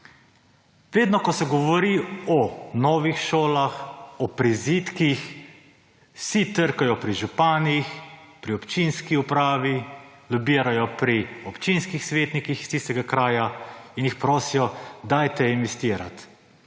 Vedno, ko se govori o novih šolah, o prizidkih vsi trkajo pri županih, pri občinski upravi, lobirajo pri občinskih svetnikih iz tistega kraja in jih prosijo, dajte investirati,